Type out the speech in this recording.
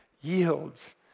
yields